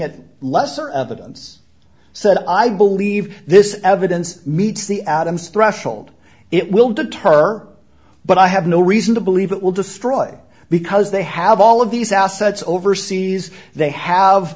at lesser evidence so that i believe this evidence meets the adam's threshold it will deter but i have no reason to believe it will destroy because they have all of these assets overseas they have